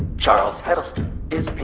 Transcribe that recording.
charles heddleston is